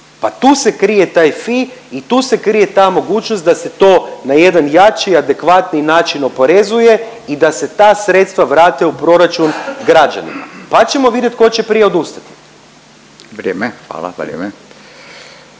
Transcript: Pa tu se krije taj fi i tu se krije ta mogućnost da se to na jedan jači, adekvatniji način oporezuje i da se ta sredstva vrate u proračun građanima, pa ćemo vidjeti tko će prije odustati. **Radin, Furio